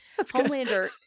homelander